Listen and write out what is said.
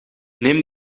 neem